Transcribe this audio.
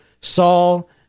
Saul